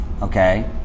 okay